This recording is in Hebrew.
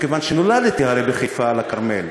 מכיוון שנולדתי הרי בחיפה, על הכרמל.